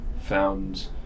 found